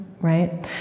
right